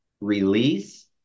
release